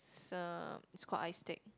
it's a it's called i-Steak